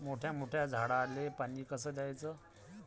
मोठ्या मोठ्या झाडांले पानी कस द्याचं?